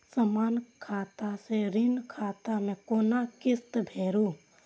समान खाता से ऋण खाता मैं कोना किस्त भैर?